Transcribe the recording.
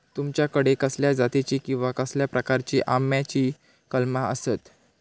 तुमच्याकडे कसल्या जातीची किवा कसल्या प्रकाराची आम्याची कलमा आसत?